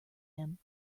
him